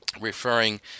referring